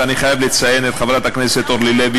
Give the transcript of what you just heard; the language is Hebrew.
ואני חייב לציין את חברת הכנסת אורלי לוי,